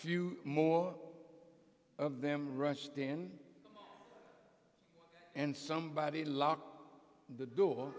few more of them rushed in and somebody locked the door